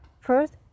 First